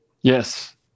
Yes